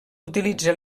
utilitza